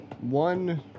One